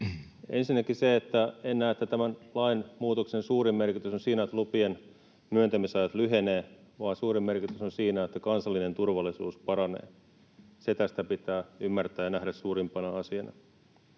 Ensinnäkin en näe, että tämän lainmuutoksen suurin merkitys on siinä, että lupien myöntämisajat lyhenevät, vaan suurin merkitys on siinä, että kansallinen turvallisuus paranee. Se tästä pitää ymmärtää ja nähdä suurimpana asiana.